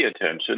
attention